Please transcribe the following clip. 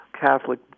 Catholic